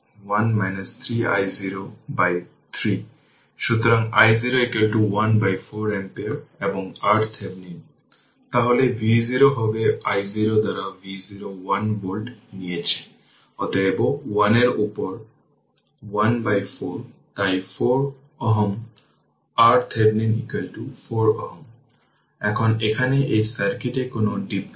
সুতরাং ক্যাপাসিটার হল সবচেয়ে সাধারণ বৈদ্যুতিক উপাদান এবং ব্যাপকভাবে ব্যবহৃত হয় পাওয়ার সিস্টেম কমিউনিকেশন কম্পিউটার এবং ইলেকট্রনিক্স